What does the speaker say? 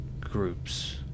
groups